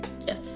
Yes